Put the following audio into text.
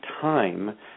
time